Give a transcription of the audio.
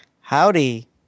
Howdy